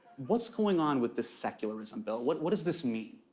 what's going on with this secularism bill? what what does this mean?